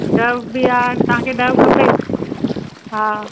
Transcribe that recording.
डव बि आहे तव्हांखे डव खपे हा